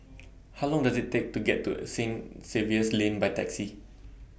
How Long Does IT Take to get to Saint Xavier's Lane By Taxi